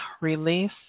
release